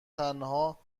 تنها